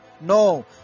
no